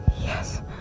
Yes